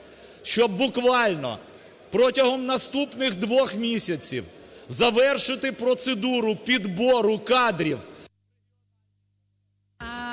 Щоб буквально протягом наступних двох місяців завершити процедуру підбору кадрів…